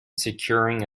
securing